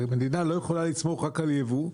מדינה לא יכולה לסמוך רק על יבוא,